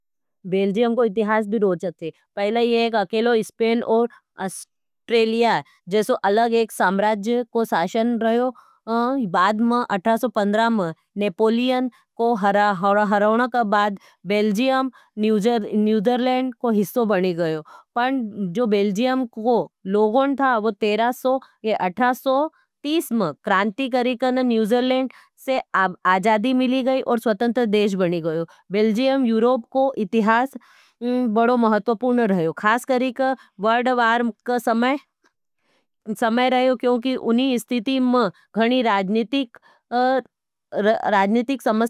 बेल्जियम को इतिहास भी रोचक छे। पहले एक अकेलो इस्पेन और अस्ट्रेलिया जैसो अलग एक साम्राज्य को शासन रयो। बाद में अट्ठारह सौ पंद्रह में नेपोलियन को हरवना का बाद बेल्जियम निउजिलेंड को हिस्सो बनी गयो। पण जो बेल्जियम को लोगों था वो अट्ठारह सौ तीस में क्रांती करीकरन न्यूजीलेण्ड से आजादी मिली गई और स्वतंत्र देश बनी गयो। बेल्जियम यूरोप को इतिहास बड़ो महत्वपूर्ण रहयो खास कर की वर्ल्ड वार का समय रहयो क्योंकि उनी इस्तिती मं घणी राजनितीक।